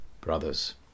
brothers